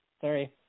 Sorry